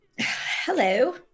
Hello